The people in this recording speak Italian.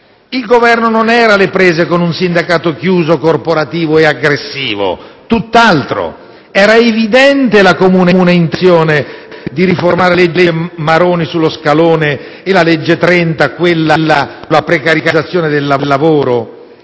Il Governo non era alle prese con un sindacato chiuso, corporativo e aggressivo, tutt'altro. Era evidente la comune intenzione di riformare la cosiddetta legge Maroni, quella sullo scalone, e la legge n. 30 del 2003, quella sulla precarizzazione del lavoro,